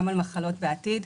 גם על מחלות בעתיד.